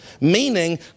meaning